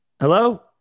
Hello